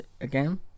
again